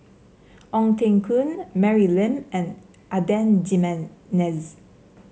Ong Teng Koon Mary Lim and Adan Jimenez